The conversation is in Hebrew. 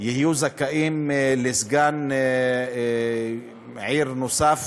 תהיה זכאית לסגן עיר נוסף